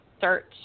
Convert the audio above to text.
search